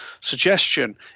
suggestion